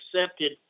accepted